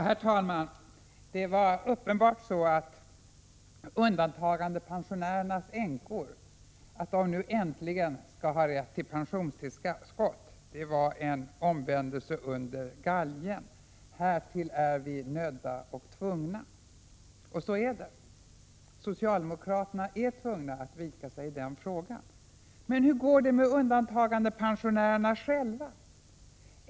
Herr talman! Att undantagandepensionärernas änkor äntligen skall få rätt till pensionstillskott var uppenbarligen en omvändelse under galgen — härtill är vi nödda och tvungna. Så är det. Socialdemokraterna är tvungna att vika sig i denna fråga. Men hur går det med undantagandepensionärerna själva?